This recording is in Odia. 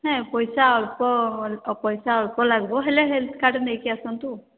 ହଁ ପଇସା ଅଳ୍ପ ପଇସା ଅଳ୍ପ ଲାଗିବ ହେଲେ ହେଲ୍ଥ୍ କାର୍ଡ୍ ନେଇକି ଆସନ୍ତୁ